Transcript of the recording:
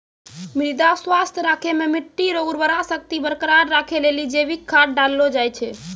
मृदा स्वास्थ्य राखै मे मट्टी रो उर्वरा शक्ति बरकरार राखै लेली जैविक खाद डाललो जाय छै